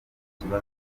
guhora